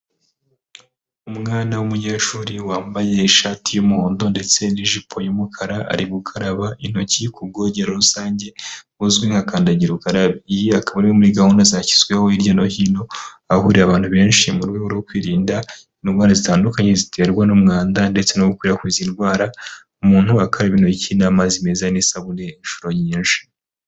Umwana w'umunyeshuri wambaye ishati y'umuhondo ndetse n'ijipo y'umukara ari gukaraba intoki ku bwogero rusange buzwi nkakandagira ukarabe. Iyi akaba ari imwe muri gahunda zashyizweho hirya no hino ahahurira abantu benshi, mu rwego rwo kwirinda indwara zitandukanye ziterwa n'umwanda ndetse no gukwirakwiza indwara, umuntu akaraba intoki n'amazi meza n'isabune inshuro nyinshi.